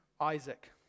Isaac